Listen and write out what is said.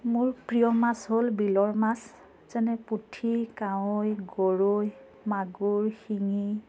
মোৰ প্ৰিয় মাছ হ'ল বিলৰ মাছ যেনে পুঠি কাৱৈ গৰৈ মাগুৰ শিঙি